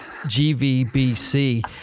GVBC